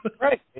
Right